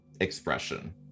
expression